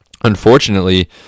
Unfortunately